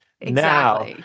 Now